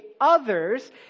others